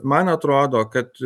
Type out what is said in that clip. man atrodo kad